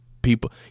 People